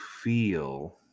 feel